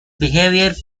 behaviour